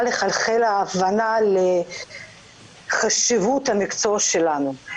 לחלחל ההבנה על חשיבות המקצוע שלנו.